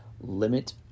limit